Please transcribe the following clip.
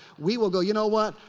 we will go, you know what?